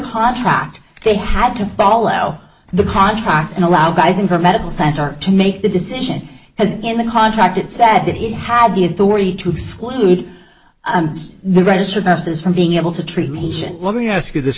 contract they had to follow the contract and allow guys in for medical center to make the decision has in the contract it said that he had the authority to exclude the registered nurses from being able to treat patients let me ask you this